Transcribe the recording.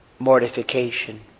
mortification